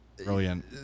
Brilliant